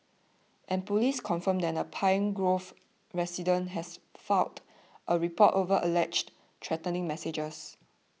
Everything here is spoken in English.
and police confirmed that a Pine Grove resident has filed a report over alleged threatening messages